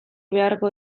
beharko